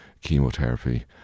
chemotherapy